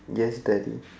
yes Daddy